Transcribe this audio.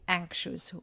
anxious